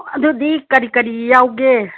ꯑꯗꯨꯗꯤ ꯀꯔꯤ ꯀꯔꯤ ꯌꯥꯎꯒꯦ